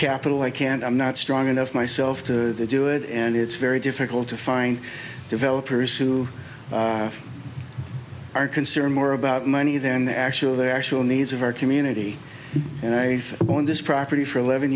capital i can't i'm not strong enough myself to do it and it's very difficult to find developers who are concerned more about money than the actual the actual needs of our community and i own this property for eleven